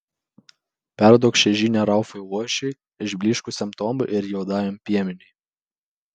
perduok šią žinią ralfui luošiui išblyškusiam tomui ir juodajam piemeniui